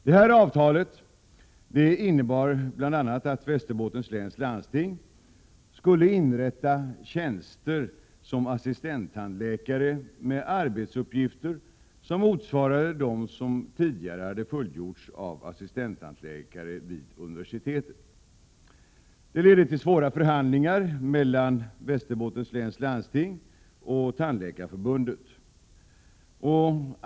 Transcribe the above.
Det här avtalet innebar bl.a. att Västerbottens läns landsting skulle inrätta tjänster som assistenttandläkare med arbetsuppgifter som motsvarade de uppgifter som hade fullgjorts av assistenttandläkarna vid universitetet. Detta ledde till svåra förhandlingar mellan Västerbottens läns landsting och Tandläkarförbundet.